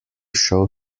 show